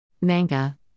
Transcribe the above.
Manga